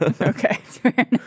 Okay